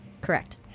Correct